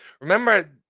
remember